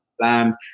plans